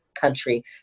country